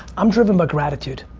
i'm driven by gratitude.